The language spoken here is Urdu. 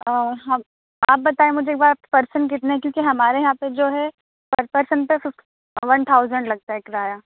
اور ہم آپ بتائیں مجھے ایک بات پرسن کتنے ہیں کیونکہ ہمارے یہاں پہ جو ہے پر پرسن پہ ون تھاؤزینڈ لگتا ہے کرایہ